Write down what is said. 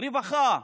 רווחה,